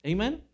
Amen